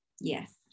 Yes